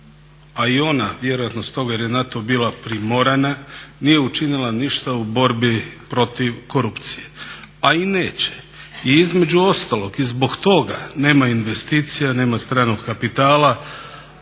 a i ona vjerojatno stoga jer je na to bila primorana nije učinila ništa u borbi protiv korupcije, a i neće. I između ostalog i zbog toga nema investicija, nema stranog kapitala